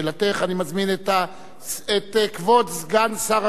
אני מזמין את כבוד סגן שר החינוך,